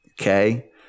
okay